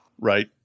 right